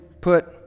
put